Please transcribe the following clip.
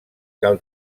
cal